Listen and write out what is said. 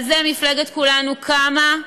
על זה מפלגת כולנו קמה,